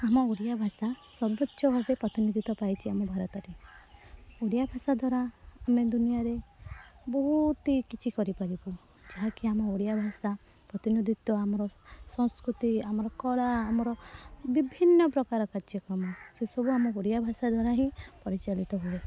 ଆମ ଓଡ଼ିଆ ଭାଷା ସର୍ବୋଚ୍ଚ ଭାବେ ପ୍ରାଥମିକତା ପାଇଛି ଆମ ଭାରତରେ ଓଡ଼ିଆଭାଷା ଦ୍ୱାରା ଆମେ ଦୁନିଆରେ ବହୁତି କିଛି କରିପାରିବୁ ଯାହାକି ଆମ ଓଡ଼ିଆ ଭାଷା ପ୍ରତିନିଧିତ୍ୱ ଆମର ସଂସ୍କୃତି ଆମର କଳା ଆମର ବିଭିନ୍ନ ପ୍ରକାର କାର୍ଯ୍ୟକ୍ରମ ସେସବୁ ଆମ ଓଡ଼ିଆ ଭାଷା ଦ୍ୱାରା ହିଁ ପରିଚାଳିତ ହୁଏ